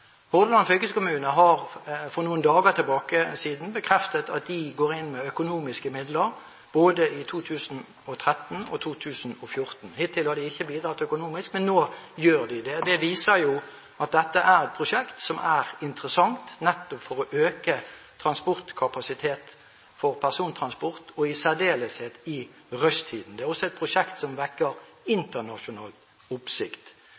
Hordaland fylkeskommune har for noen dager siden bekreftet at de går inn med økonomiske midler både i 2013 og i 2014. Hittil har de ikke bidratt økonomisk, men nå gjør de det. Det viser at dette er et prosjekt som er interessant nettopp for å øke transportkapasiteten for persontransport – og i særdeleshet i rushtiden. Det er også et prosjekt som vekker internasjonal oppsikt.